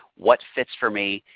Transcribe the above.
what fits for me,